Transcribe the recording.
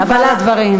אין תשובה על דברים.